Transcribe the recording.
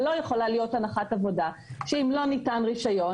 ולא יכולה להיות הנחת עבודה שאם לא ניתן רישיון